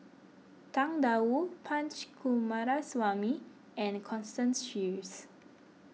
Tang Da Wu Punch Coomaraswamy and Constance Sheares